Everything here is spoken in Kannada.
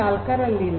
೦ industry 4